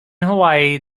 hawaii